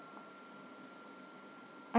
I